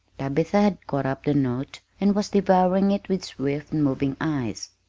tabitha had caught up the note and was devouring it with swift-moving eyes.